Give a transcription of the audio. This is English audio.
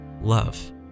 love